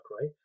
right